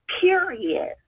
period